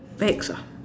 bags ah